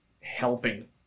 helping